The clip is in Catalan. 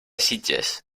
sitges